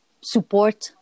support